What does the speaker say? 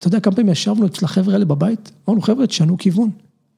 ‫אתה יודע כמה פעמים ישבנו ‫אצל החבר'ה האלה בבית? ‫אמרנו, חבר'ה, תשנהו כיוון.